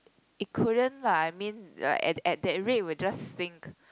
it couldn't lah I mean at at that rate it will just sink